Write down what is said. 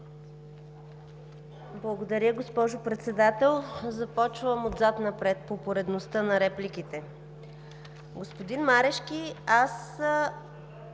Благодаря, госпожо Председател. Започвам отзад напред по поредността на репликите. Господин Марешки, аз